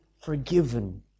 forgiven